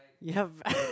you have